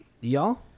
Y'all